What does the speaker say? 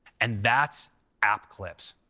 and that's app clips.